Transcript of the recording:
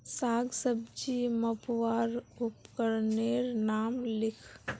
साग सब्जी मपवार उपकरनेर नाम लिख?